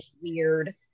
weird